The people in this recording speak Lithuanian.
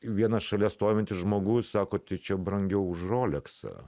vienas šalia stovintis žmogus sako tai čia brangiau už roleksą